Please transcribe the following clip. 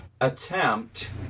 attempt